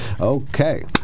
Okay